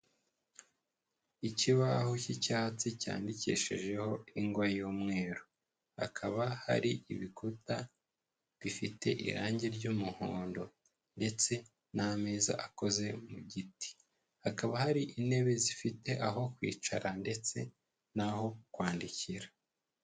Ikibaho cy'icyatsi cyandikisheho ingwa y'umweru, hakaba hari ibikuta bifite irangi ry'umuhondo ndetse n'ameza akoze mu giti, hakaba hari intebe zifite aho kwicara ndetse naho kwandikira.